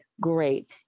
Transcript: great